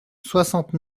soixante